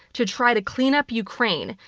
to try to clean up ukraine,